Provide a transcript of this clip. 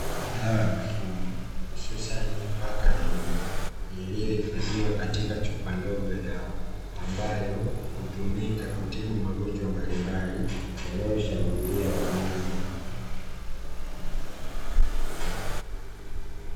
Dawa ya mifugo hususani paka na mbwa iliyo hifadhiwa katika chupa ndogo ya dawa ambayo hutumika kutibu magonjwa mbalimbali yanayo shambulia wanyama hao.